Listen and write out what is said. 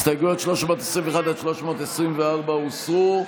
הסתייגויות 321 עד 324 הוסרו.